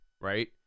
right